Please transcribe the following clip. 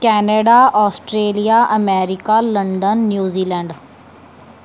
Canada Australia America London New Zealand